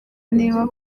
niba